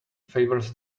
favours